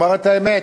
אומר את האמת: